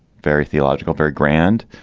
very theological, very grand.